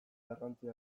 garrantzia